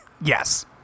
Yes